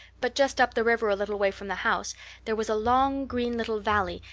but just up the river a little way from the house there was a long green little valley,